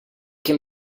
can